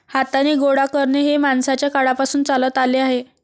हाताने गोळा करणे हे माणसाच्या काळापासून चालत आले आहे